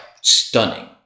stunning